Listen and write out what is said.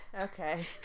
Okay